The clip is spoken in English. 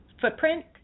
footprint